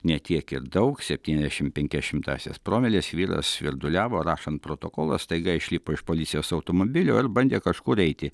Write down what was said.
ne tiek ir daug septyniasdešimt penkias šimtąsias promilės vyras svirduliavo rašan protokolą staiga išlipo iš policijos automobilio ir bandė kažkur eiti